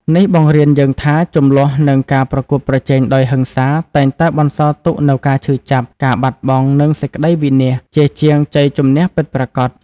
នេះបង្រៀនយើងថា ជម្លោះ និងការប្រកួតប្រជែងដោយហិង្សា តែងតែបន្សល់ទុកនូវការឈឺចាប់ ការបាត់បង់ និងសេចក្ដីវិនាស ជាជាងជ័យជម្នះពិតប្រាកដ។